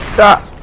got